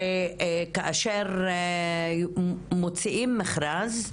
שכאשר מוציאים מכרז,